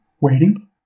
waiting